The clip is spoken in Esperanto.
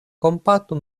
kompatu